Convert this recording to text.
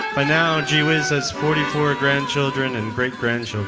by now, gee whiz has forty four grandchildren and great-grandchildren.